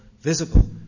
visible